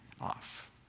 off